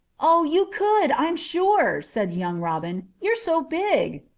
oh! you could, i'm sure, said young robin. you're so big.